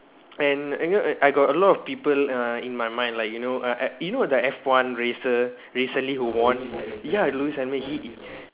and anyway I I got a lot of people uh in my mind like you know uh uh you know the F one racer recently who won ya lewis hami he